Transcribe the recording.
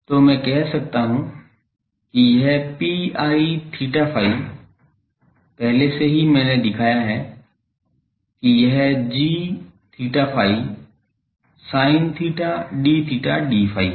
तो मैं कह सकता हूं कि यह Pi𝛳ϕ पहले से ही मैंने दिखाया है कि यह g𝛳ϕ sin theta d theta d phi है